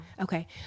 Okay